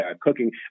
cooking